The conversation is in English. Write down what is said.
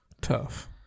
Tough